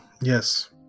Yes